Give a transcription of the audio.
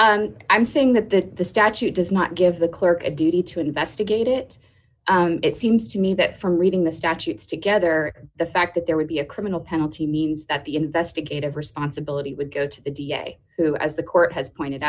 report i'm saying that the statute does not give the clerk a duty to investigate it it seems to me that from reading the statutes together the fact that there would be a criminal penalty means that the investigative responsibility would go to the da who as the court has pointed